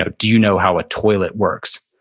ah do you know how a toilet works?